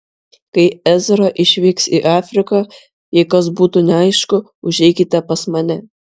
kai ezra išvyks į afriką jei kas būtų neaišku užeikite pas mane